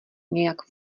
nějak